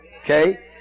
Okay